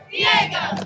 Diego